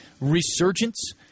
resurgence